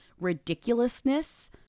ridiculousness